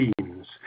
themes